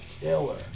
killer